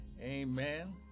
Amen